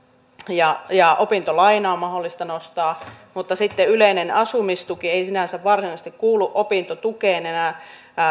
ja ja opintolainaa on mahdollista nostaa mutta sitten yleinen asumistuki ei sinänsä varsinaisesti kuulu opintotukeen enää